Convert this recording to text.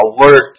alert